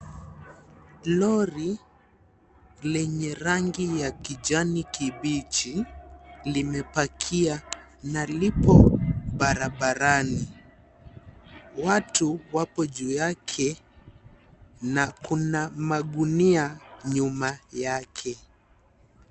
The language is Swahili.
Lori lenye rangi ya kijani kibichi limepakia na lipo barabarani. Watu wapo juu yake na kuna magunia nyuma yake.